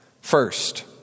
First